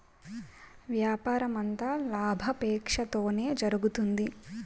వ్యాపారమంతా లాభాపేక్షతోనే జరుగుతుంది